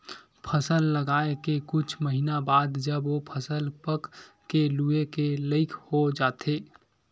फसल लगाए के कुछ महिना बाद जब ओ फसल पक के लूए के लइक हो जाथे